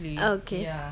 okay